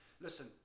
Listen